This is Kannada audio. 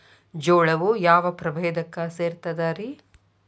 ಜೋಳವು ಯಾವ ಪ್ರಭೇದಕ್ಕ ಸೇರ್ತದ ರೇ?